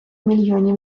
мільйонів